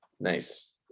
Nice